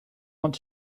want